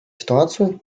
ситуацию